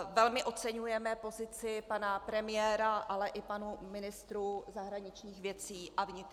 Velmi oceňujeme pozici pana premiéra, ale i pánů ministrů zahraničních věcí a vnitra.